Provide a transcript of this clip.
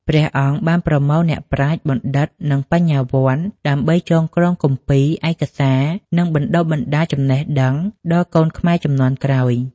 ព្រះអង្គបានប្រមូលអ្នកប្រាជ្ញ បណ្ឌិត និងបញ្ញវន្ត ដើម្បីចងក្រងគម្ពីរ ឯកសារ និងបណ្ដុះបណ្ដាលចំណេះដឹងដល់កូនខ្មែរជំនាន់ក្រោយ ។